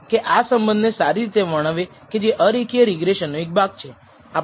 તેથી આ કેટલીક વસ્તુઓ છે જેની આપણે ખરેખર ચકાસણી કરવાની જરૂર છે